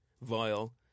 vile